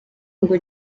ngo